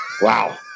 Wow